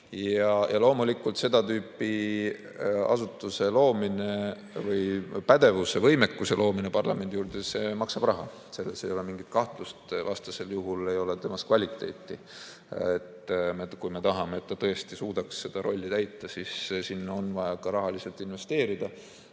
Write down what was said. kaldu. Loomulikult, seda tüüpi asutuse või pädevuse-võimekuse loomine parlamendi juurde maksab raha. Selles ei ole mingit kahtlust. Vastasel juhul ei ole temas kvaliteeti. Kui me tahame, et ta tõesti suudaks seda rolli täita, siis sellesse on vaja ka rahaliselt investeerida.